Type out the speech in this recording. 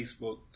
facebook